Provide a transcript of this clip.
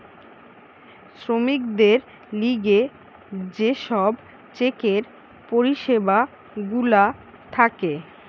শ্রমিকদের লিগে যে সব চেকের পরিষেবা গুলা থাকে